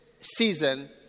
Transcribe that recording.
season